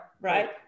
right